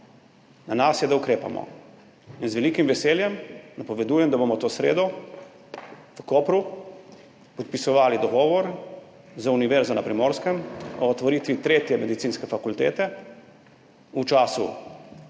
na nas je, da ukrepamo in z velikim veseljem napovedujem, da bomo to sredo v Kopru podpisovali dogovor z Univerzo na Primorskem o otvoritvi tretje medicinske fakultete. V času